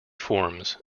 forms